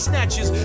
Snatches